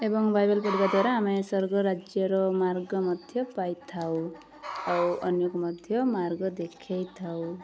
ଏବଂ ବାଇବେଲ୍ ପଢ଼ିବା ଦ୍ୱାରା ଆମେ ସ୍ୱର୍ଗ ରାଜ୍ୟର ମାର୍ଗ ମଧ୍ୟ ପାଇଥାଉ ଆଉ ଅନ୍ୟକୁ ମଧ୍ୟ ମାର୍ଗ ଦେଖେଇଥାଉ